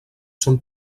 són